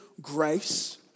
grace